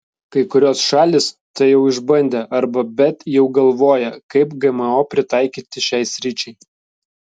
kai kurios šalys tai jau išbandė arba bet jau galvoja kaip gmo pritaikyti šiai sričiai